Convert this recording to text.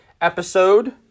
episode